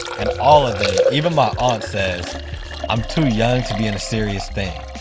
and all of them, even my aunt says i'm too young to be in a serious thing.